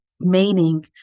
meaning